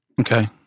Okay